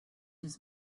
his